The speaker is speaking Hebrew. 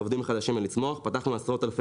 הרחב דלת לעולם ההייטק והיד עוד נטויה.